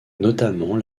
notamment